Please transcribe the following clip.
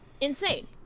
Insane